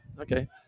okay